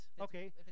Okay